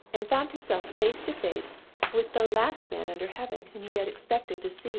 and found himself face to face with the last man under heaven whom he had expected to see.